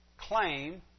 claim